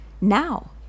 now